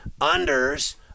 unders